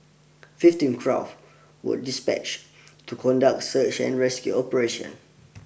fifteen craft were dispatched to conduct search and rescue operations